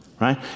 right